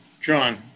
John